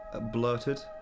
blurted